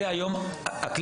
זה הכלי שמדבר